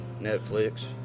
Netflix